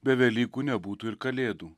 be velykų nebūtų ir kalėdų